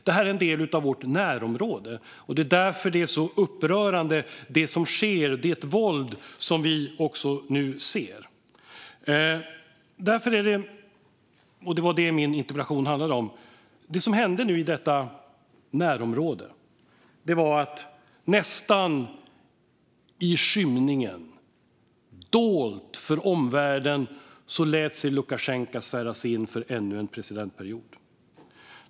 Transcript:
Det här är en del av vårt närområde, och det är därför som det som sker och våldet som vi nu ser är så upprörande. Det var det min interpellation handlade om. Det som hände nu i detta närområde var att nästan i skymningen, dolt för omvärlden, lät sig Lukasjenko sväras in för ännu en presidentperiod.